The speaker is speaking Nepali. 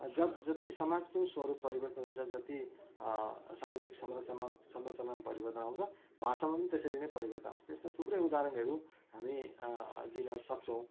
ज जति समाजको स्वरूप परिवर्तन हुन्छ जति सामाजिक संरचना संरचनामा परिवर्तन आउँछ भाषामा त्यसरी नै परिवर्तन आउँछ त्यस्तो थुप्रै उदाहरणहरू हामी दिन सक्छौँ